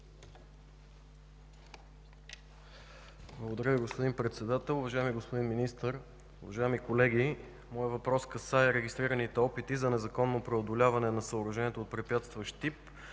Благодаря Ви, господин Председател. Уважаеми господин Министър, уважаеми колеги! Моят въпрос касае регистрираните опити за незаконно преодоляване на съоръжението от препятстващ тип,